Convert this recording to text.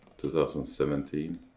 2017